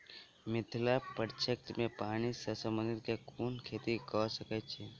मिथिला प्रक्षेत्र मे पानि सऽ संबंधित केँ कुन खेती कऽ सकै छी?